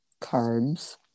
carbs